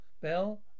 Bell